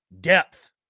depth